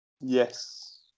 Yes